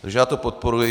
Takže já to podporuji.